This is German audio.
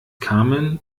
kamen